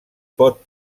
pot